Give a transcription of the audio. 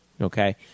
Okay